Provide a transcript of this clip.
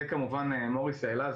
זה כמובן מוריס העלה,